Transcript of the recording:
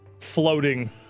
floating